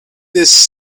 this